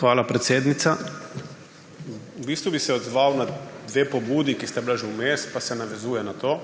Hvala, predsednica. Odzval bi se na dve pobudi, ki sta bili že vmes, pa se navezujem na to.